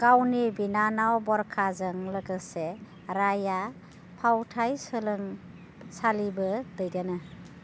गावनि बिनानाव बरखाजों लोगोसे रॉयआ फावथाय सोलोंसालिबो दैदेनो